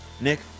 Nick